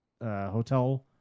hotel